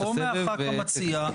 או מחבר הכנסת המציע,